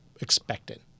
expected